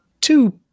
Two